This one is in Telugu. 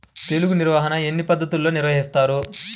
తెగులు నిర్వాహణ ఎన్ని పద్ధతుల్లో నిర్వహిస్తారు?